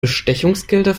bestechungsgelder